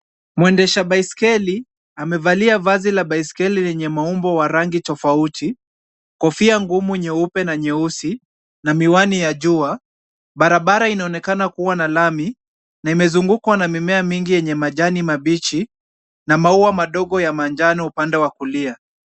Mwendesha baskeli amevalia vazi la basikeli yenye maumbo ya rangi tofauti. Kofia ngumu nyeupe na nyeusi na miwani ya jua. Barabara inaonekana kuwa na lami na imezungukwa na mimea mingi yenye majani mabichi na maua madogo ya manjano upande kwa kulia.